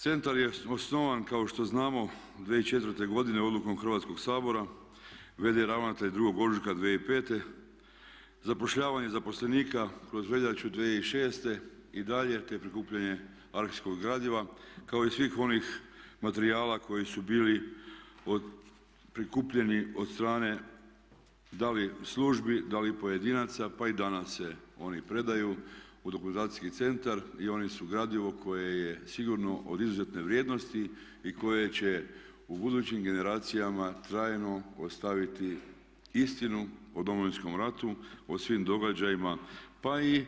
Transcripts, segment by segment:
Centar je osnovan kao što znamo 2004. godine odlukom Hrvatskog sabora, v.d. ravnatelj 2. ožujka 2005., zapošljavanjem zaposlenika kroz veljaču 2006. i dalje te prikupljanje arhivskog gradiva kao i svih onih materijala koji su bili prikupljeni od strane da li službi, da li pojedinaca, pa i danas se oni predaju u Dokumentacijski centar i oni su gradivo koje je sigurno od izuzetne vrijednosti i koje će u budućim generacijama trajno ostaviti istinu o Domovinskom ratu o svim događajima, pa i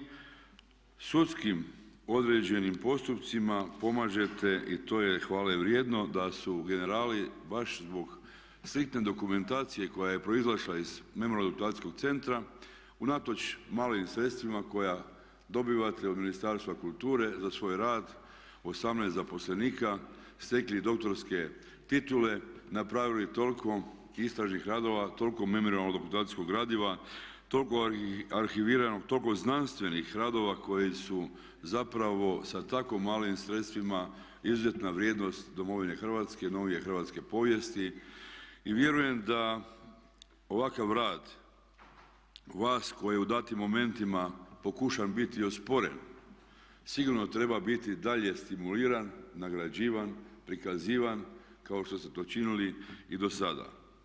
sudskim određenim postupcima pomažete i to je hvale vrijedno da su generali baš zbog striktne dokumentacije koja je proizašla iz Memorijalno-dokumentacijskog centra unatoč malim sredstvima koja dobivate od Ministarstva kulture za svoj rad 18 zaposlenika stekli doktorske titule, napravili toliko istražnih radova, toliko memorijalno-dokumentacijskog gradiva, toliko arhiviranog, toliko znanstvenih radova koji su zapravo sa tako malim sredstvima izuzetna vrijednost domovine Hrvatske, novije hrvatske povijesti i vjerujem da ovakav rad vas koji u datim momentima pokušan biti osporen sigurno treba biti dalje stimuliran, nagrađivan, prikazivan kao što ste to činili i do sada.